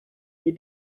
mir